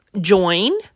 join